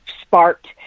sparked